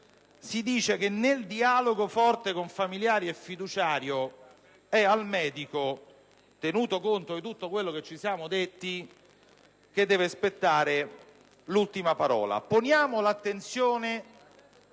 prevede che, nel dialogo forte con familiari e fiduciario, è al medico - tenuto conto di tutto ciò che ci siamo detti - che deve spettare l'ultima parola.